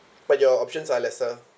but your options are lesser